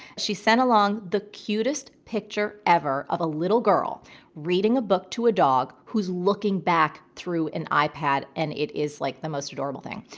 she sent along the cutest picture ever of a little girl reading a book to a dog who's looking back through an ipad. and it is like the most adorable thing.